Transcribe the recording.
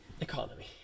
Economy